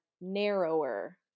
narrower